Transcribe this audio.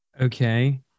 Okay